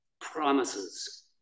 promises